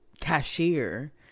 cashier